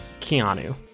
Keanu